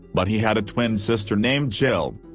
but he had a twin sister named jill.